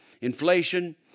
inflation